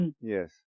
Yes